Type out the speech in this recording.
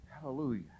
Hallelujah